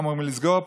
פעם אומרים לסגור,